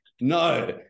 No